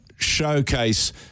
Showcase